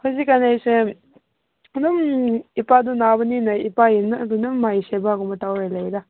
ꯍꯧꯖꯤꯛ ꯀꯥꯟ ꯑꯩꯁꯦ ꯑꯗꯨꯝ ꯏꯄꯥꯗꯨ ꯅꯥꯕꯅꯤꯅ ꯏꯄꯥꯒꯤ ꯃꯅꯥꯛꯇ ꯑꯗꯨꯝ ꯃꯥꯒꯤ ꯁꯦꯕꯒꯨꯝꯕ ꯇꯧꯔ ꯂꯩꯗ